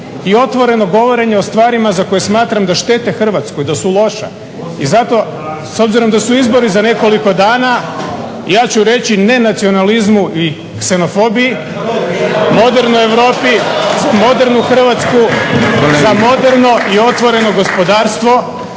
I otvoreno govorenje o stvarima za koje smatram da štete Hrvatskoj, da su loša. I zato, s obzirom da su izbori za nekoliko dana ja ću reći ne nacionalizmu i ksenofobiji, modernoj Europi modernu Hrvatsku za moderno i otvoreno gospodarstvo